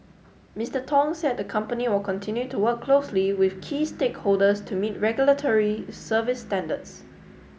Mister Tong said the company will continue to work closely with key stakeholders to meet regulatory service standards